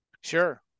Sure